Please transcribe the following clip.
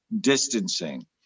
distancing